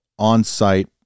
on-site